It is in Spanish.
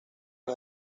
los